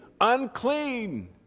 unclean